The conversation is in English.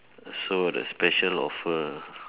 so the special offer